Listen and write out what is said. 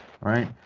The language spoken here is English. right